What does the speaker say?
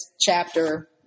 chapter